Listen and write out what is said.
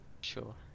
Sure